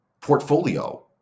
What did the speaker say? portfolio